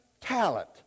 talent